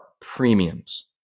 premiums